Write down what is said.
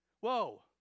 Whoa